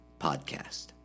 Podcast